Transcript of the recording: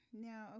Now